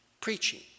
preaching